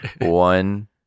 one